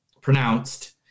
pronounced